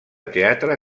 teatre